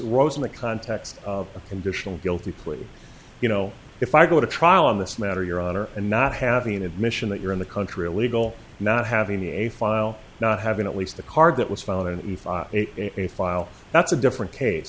rose in the context of a conditional guilty plea you know if i go to trial on this matter your honor and not having an admission that you're in the country illegal not having a file not having at least a card that was found in a file that's a different case